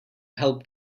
help